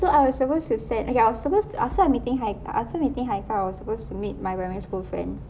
so I was supposed to send ya I was supposed to after I'm meeting haikal after meeting haikal I was supposed to meet my primary school friends